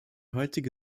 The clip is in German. heutige